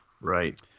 Right